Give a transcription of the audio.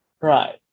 Right